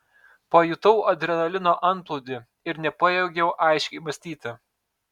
pajutau adrenalino antplūdį ir nepajėgiau aiškiai mąstyti